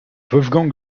wolfgang